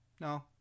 No